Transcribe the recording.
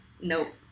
Nope